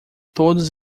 todos